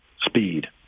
speed